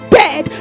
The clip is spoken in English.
dead